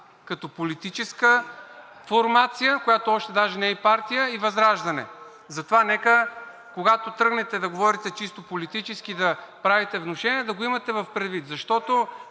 като политическа формация, която още даже не е и партия, и ВЪЗРАЖДАНЕ. Затова нека, когато тръгнете да говорите чисто политически и да правите внушения, да го имате предвид, защото